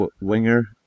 winger